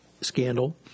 scandal